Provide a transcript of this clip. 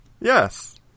Yes